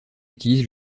utilise